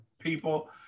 people